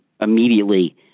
immediately